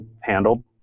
handled